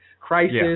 Crisis